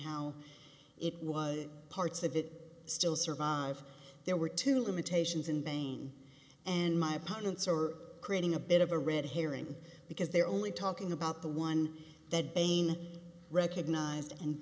how it was parts of it still survive there were two limitations in banging and my opponents are creating a bit of a red herring because they're only talking about the one that bain recognized and